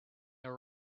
your